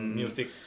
music